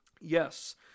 Yes